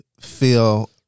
feel